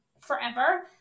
forever